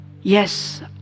yes